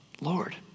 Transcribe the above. Lord